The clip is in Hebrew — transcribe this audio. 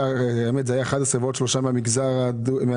האמת זה היה 11 ועוד שלושה מן המגזר הדרוזי,